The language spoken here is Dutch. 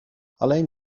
alleen